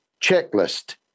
checklist-